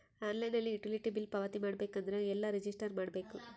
Online utility bill ಪಾವತಿ ಮಾಡಬೇಕು ಅಂದ್ರ ಎಲ್ಲ ರಜಿಸ್ಟರ್ ಮಾಡ್ಬೇಕು?